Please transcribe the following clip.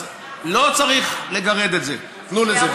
אז, לא צריך לגרד את זה, תנו לזה.